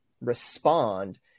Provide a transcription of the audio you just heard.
respond